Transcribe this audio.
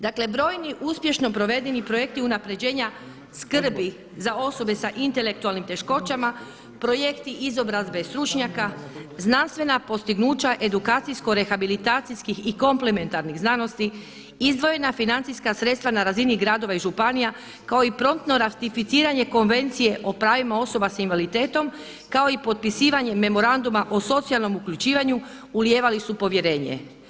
Dakle brojni uspješno provedeni projekti unapređenja skrbi za osobe sa intelektualnim teškoćama, projekti izobrazbe stručnjaka, znanstvena postignuća edukacijsko rehabilitacijskih i komplementarnih znanosti, izdvojena financijska sredstva na razini gradova i županija kao i promptno ratificiranje Konvencija o pravima osoba s invaliditetom, kao i potpisivanje Memoranduma o socijalnom uključivanje ulijevali su povjerenje.